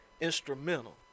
Instrumental